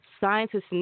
Scientists